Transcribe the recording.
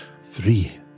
Three